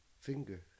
finger